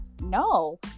No